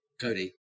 cody